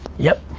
yep.